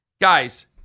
guys